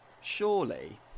surely